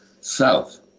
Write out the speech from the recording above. south